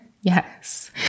yes